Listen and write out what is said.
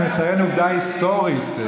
אני מציין עובדה היסטורית.